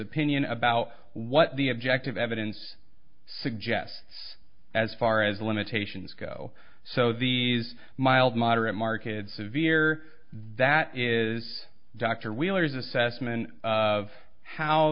opinion about what the objective evidence suggests as far as the limitations go so these mild moderate marketed severe that is dr wheeler's assessment of how